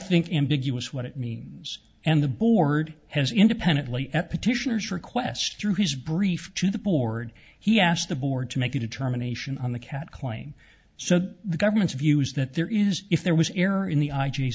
think ambiguous what it means and the board has independently at petitioners request through his brief to the board he asked the board to make a determination on the cat claim so that the government's view is that there is if there was error in the i